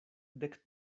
dek